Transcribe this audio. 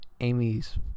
Amy's